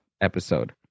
episode